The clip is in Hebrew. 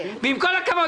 ועם כל הכבוד,